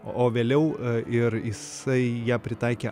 o vėliau ir jisai ją pritaikė